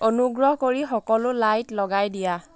অনুগ্ৰহ কৰি সকলো লাইট লগাই দিয়া